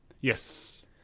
Yes